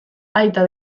aita